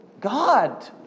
God